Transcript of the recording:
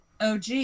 OG